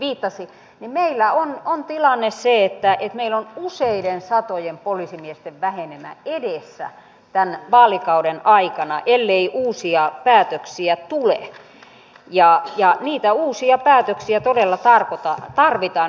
viittasi tilanne se että meillä on useiden satojen poliisimiesten vähenemä edessä tämän vaalikauden aikana ellei uusia päätöksiä tule ja niitä uusia päätöksiä todella tarvitaan